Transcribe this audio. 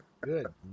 Good